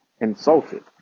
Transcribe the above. insulted